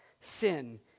sin